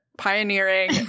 pioneering